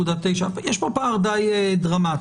יש פה פער די דרמטי.